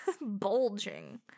Bulging